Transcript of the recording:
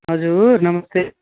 हजुर नमस्ते